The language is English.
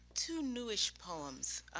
two newish poems